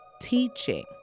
teaching